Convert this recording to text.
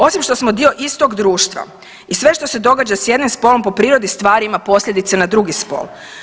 Osim što smo dio istog društva i sve što se događa s jedne spolom po prirodi stvari ima posljedice na drugi spol.